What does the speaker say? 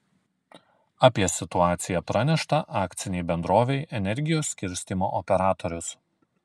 apie situaciją pranešta akcinei bendrovei energijos skirstymo operatorius